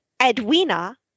Edwina